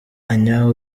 anywa